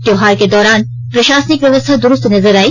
त्योहार के दौरान प्रशासनिक व्यवस्था द्रुस्त नजर आई